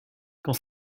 quand